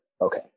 okay